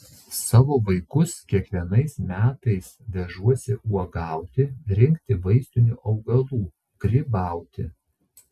savo vaikus kiekvienais metais vežuosi uogauti rinkti vaistinių augalų grybauti